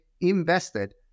invested